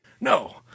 No